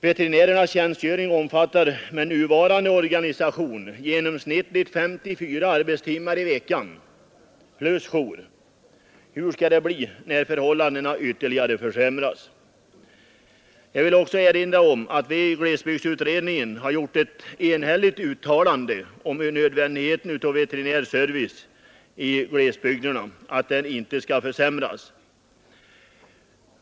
Veterinärernas tjänstgöring omfattar med nuvarande organisation genomsnittligt 54 arbetstimmar i veckan plus jour. Hur skall det bli när förhållandena ytterligare försämras, Jag vill också erinra om att vi i glesbygdsutredningen har gjort ett enhälligt uttalande om nödvändigheten av att veterinärservicen i glesbygderna inte skall försämras.